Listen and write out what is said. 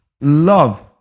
love